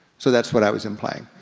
so that's what i was implying.